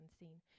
unseen